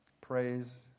Praise